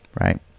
right